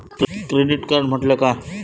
Credit card म्हटल्या काय?